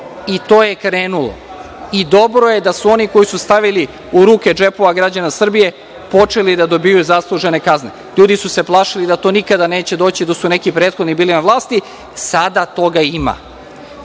i to je krenulo i dobro je da su oni koji su stavili ruke u džepove građana Srbije počeli da dobijaju zaslužene kazne. LJudi su se plašili da to nikada neće doći dok su neki bili na vlasti, sada toga ima. Što